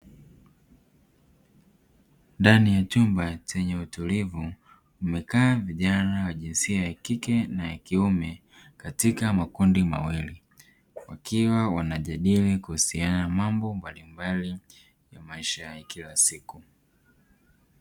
Ndani ya chumba chenye utulivu, mmekaa vijana wa jinsia ya kike na ya kiume, katika makundi mawili. Wakiwa wanajadili kuhusiana mambo mbalimbali ya maisha ya kila siku.